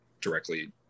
directly